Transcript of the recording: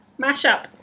mashup